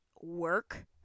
work